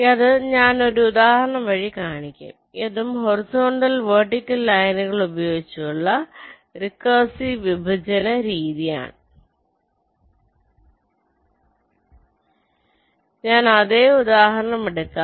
അത് ഞാനൊരു ഉദാഹരണം വഴി കാണിക്കാം ഇതും ഹൊറിസോണ്ടൽ വെർട്ടിക്കൽ ലൈനുകൾvertical horizontal ഉപയോഗിച്ചുള്ള ഉള്ള റെക്കസിവ് വിഭജന ആന രീതിയാണ് ഞാൻ അതേ ഉദാഹരണമെടുക്കാം